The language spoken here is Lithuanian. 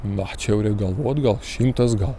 na čia jau reik galvot gal šimtas gal